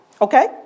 okay